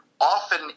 often